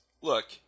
look